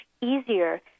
easier